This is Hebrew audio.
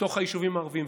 בתוך היישובים הערביים.